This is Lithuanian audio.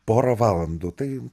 porą valandų tai